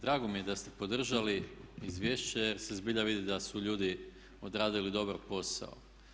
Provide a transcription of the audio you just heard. Drago mi je da ste podržali izvješće jer se zbilja vidi da su ljudi odradili dobro posao.